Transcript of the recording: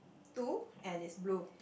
two and it is blue